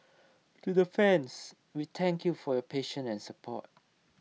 to the fans we thank you for your patience and support